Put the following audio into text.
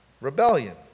rebellion